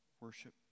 worship